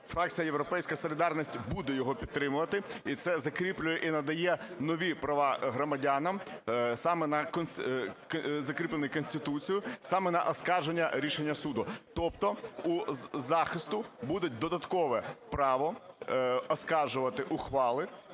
Фракція "Європейська солідарність" буде його підтримувати і це закріплює і надає нові права громадянам саме на… закріплені Конституцією, саме на оскарження рішення суду. Тобто у захисту буде додаткове право оскаржувати ухвали